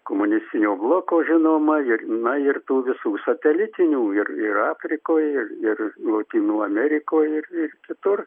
komunistinio bloko žinoma ir na ir tų visų satelitinių ir afrikoj ir ir lotynų amerikoj ir kitur